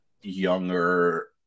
younger